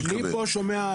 שם פתרון,